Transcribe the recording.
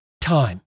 time